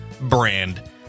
brand